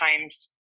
times